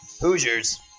Hoosiers